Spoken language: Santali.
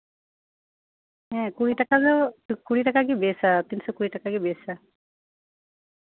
ᱠᱩᱲᱤ ᱴᱟᱠᱟ ᱜᱮ ᱵᱮᱥᱼᱟ ᱛᱤᱱᱥᱚ ᱠᱩᱲᱤ ᱴᱟᱠᱟᱜᱮ ᱵᱮᱥᱼᱟ